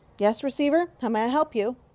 yes, receiver. how may i help you?